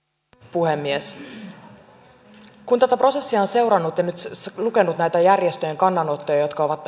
puhemies kun tätä prosessia on seurannut ja nyt lukenut näiden järjestöjen kannanottoja jotka ovat